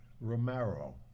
Romero